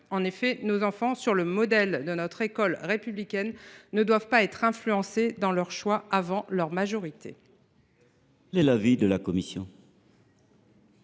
En effet, nos enfants, sur le modèle de notre école républicaine, ne doivent pas être influencés dans leurs choix avant leur majorité. Quel est l’avis de la commission